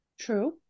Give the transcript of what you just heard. True